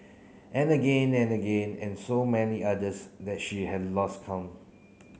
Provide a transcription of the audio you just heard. and again and again and so many others that she had lost count